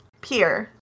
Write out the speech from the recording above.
Peer